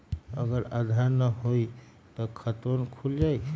अगर आधार न होई त खातवन खुल जाई?